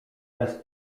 bez